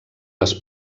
les